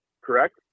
correct